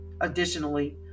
Additionally